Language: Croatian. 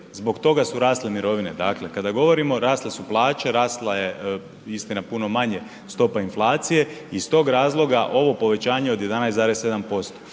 zbog toga su rasle mirovine, dakle kada govorimo rasle su plaće, rasla je istina puno manje stopa inflacije, iz tog razloga ovo povećanje od 11,7%.